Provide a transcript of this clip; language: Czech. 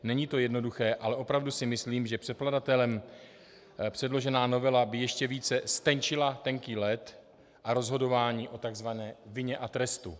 Není to jednoduché, ale opravdu si myslím, že předkladatelem předložená novela by ještě více ztenčila tenký led a rozhodování o tzv. vině a trestu.